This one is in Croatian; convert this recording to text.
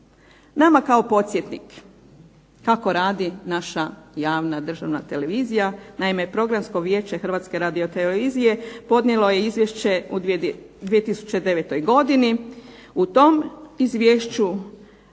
Nama kao podsjetnik kako radi naša javna državna televizija. Naime, Programsko vijeće Hrvatske radio-televizije podnijelo je izvješće u 2009. godini. U tom izvješću